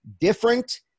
different